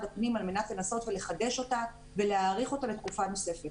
הפנים על מנת לנסות ולחדש אותה ולהאריך אותה לתקופה נוספת.